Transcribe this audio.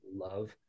love